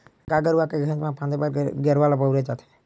गाय गरुवा के घेंच म फांदे बर गेरवा ल बउरे जाथे